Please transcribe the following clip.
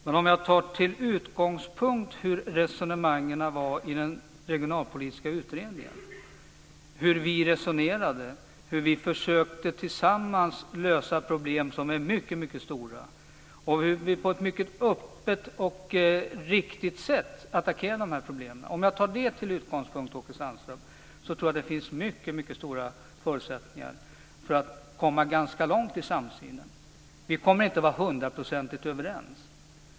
Men om jag tar till utgångspunkt hur resonemangen var i den regionalpolitiska utredningen, hur vi resonerade, hur vi tillsammans försökte lösa mycket stora problem och hur vi på ett mycket öppet och riktigt sätt attackerade de här problemen tror jag att det finns mycket stora förutsättningar för att komma ganska långt i samsynen. Vi kommer inte att vara hundraprocentigt överens.